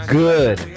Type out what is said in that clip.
good